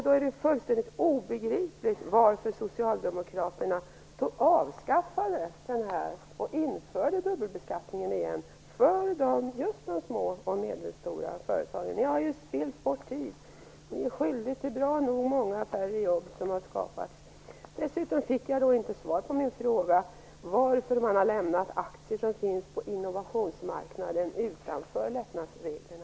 Då är det fullständigt obegripligt varför Socialdemokraterna införde dubbelbeskattningen igen för just de små och medelstora företagen. Socialdemokraterna har ju spillt bort tid. De är skyldiga till att bra nog många färre jobb har skapats. Dessutom fick jag inte svar på min fråga om varför man har lämnat aktier som finns på innovationsmarknaden utanför lättnadsreglerna.